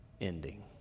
ending